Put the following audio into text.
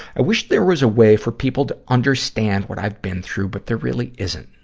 i wish there was a way for people to understand what i've been through, but there really isn't.